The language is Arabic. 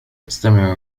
أستمع